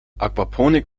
aquaponik